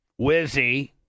Wizzy